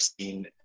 seen